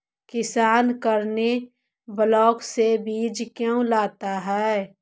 किसान करने ब्लाक से बीज क्यों लाता है?